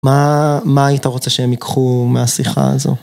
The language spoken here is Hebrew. מה היית רוצה שהם יקחו מהשיחה הזו?